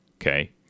Okay